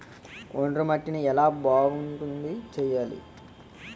ఒండ్రు మట్టిని ఎలా బాగుంది చేయాలి?